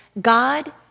God